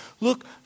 Look